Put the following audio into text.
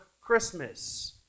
Christmas